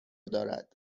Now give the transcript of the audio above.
دارد